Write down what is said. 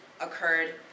occurred